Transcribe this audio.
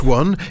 one